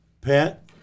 Pat